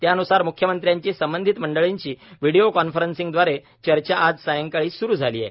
त्यान्सार म्ख्यमंत्र्यांची संबंधित मंडळींशी व्हीडीओ कॉन्फरन्सिंगद्वारे चर्चा आज सायंकाळी सुरु झाली आहे